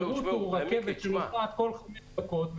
השירות הוא רכבת שנוסעת כל חמש דקות,